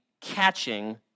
catching